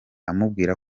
amubwira